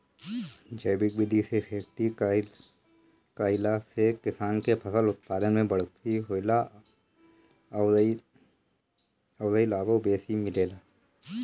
जैविक विधि से खेती कईला से किसान के फसल उत्पादन में बढ़ोतरी होला अउरी लाभो बेसी मिलेला